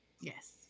Yes